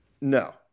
No